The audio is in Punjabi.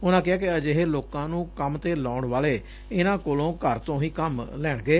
ਉਨਾਂ ਕਿਹਾ ਕਿ ਅਜਿਹੇ ਲੋਕਾਂ ਨੂੰ ਕੰਮ ਤੇ ਲਾਉਣ ਵਾਲੇ ਇਨਾਂ ਕੋਲੋਂ ਘਰ ਤੋਂ ਹੀ ਕੰਮ ਲੈਣਗੇ